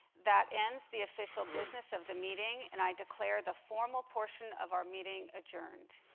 that ends the official business of the meeting, and i declare the formal portion of our meeting adjourned.